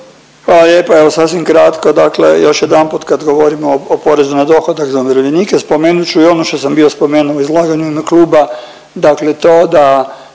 Hvala lijepa. Evo sasvim kratko, dakle još jedanput kad govorimo o porezu na dohodak za umirovljenike spomenut ću i ono što sam bio spomenuo u izlaganju u ime kluba dakle to da